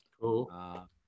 Cool